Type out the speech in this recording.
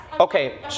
Okay